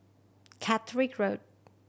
Catterick Road